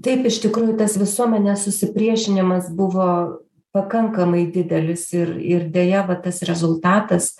taip iš tikrųjų tas visuomenės susipriešinimas buvo pakankamai didelis ir ir deja va tas rezultatas